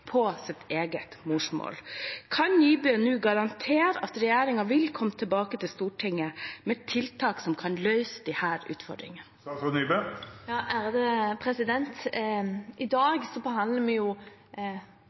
på sitt eget morsmål. Kan statsråd Nybø nå garantere at regjeringen vil komme tilbake til Stortinget med tiltak som kan løse disse utfordringene?